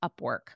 Upwork